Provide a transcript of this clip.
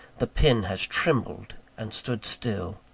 the pen has trembled and stood still.